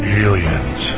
aliens